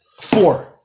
four